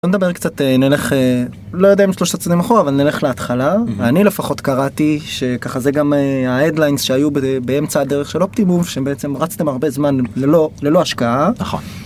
בוא נדבר קצת נלך, לא יודע אם שלושה צעדים אחורה אבל נלך להתחלה, ואני לפחות קראתי, שככה זה גם ההדליינס שהיו באמצע הדרך של אופטימוב, שבעצם רצתם הרבה זמן ללא ללא השקעה.